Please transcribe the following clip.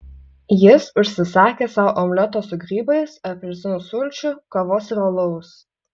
jis užsisakė sau omleto su grybais apelsinų sulčių kavos ir alaus